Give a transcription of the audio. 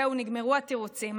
זהו, נגמרו התירוצים.